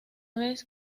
vez